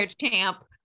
champ